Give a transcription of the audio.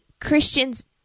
Christians